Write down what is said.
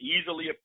easily